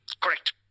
Correct